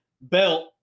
belt